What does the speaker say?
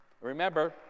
Remember